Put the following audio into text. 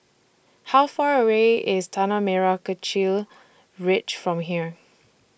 How Far away IS Tanah Merah Kechil Ridge from here